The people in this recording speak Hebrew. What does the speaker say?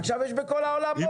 עכשיו יש בכל העולם מובילאיי.